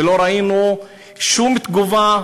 ולא ראינו שום תגובה,